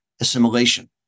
assimilation